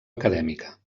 acadèmica